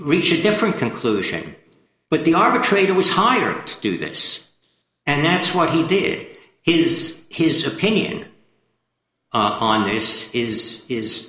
reach a different conclusion but the arbitrator was hired to do this and that's what he did here is his opinion on yours is is